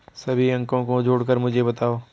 सभी अंकों को जोड़कर मुझे बताओ